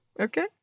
Okay